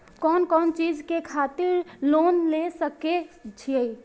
कोन कोन चीज के खातिर लोन ले सके छिए?